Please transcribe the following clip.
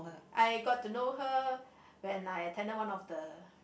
I got to know her when I attended one of the